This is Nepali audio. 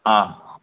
अँ